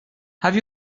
have